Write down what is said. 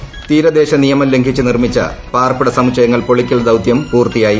കൊച്ചി മരടിൽ തീരദേശ നിയമം ലംഘിച്ച് നിർമ്മിച്ച പാർപ്പിട സമുച്ചയങ്ങൾ പൊളിക്കൽ ദൌതൃം പൂർത്തിയായി